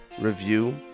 review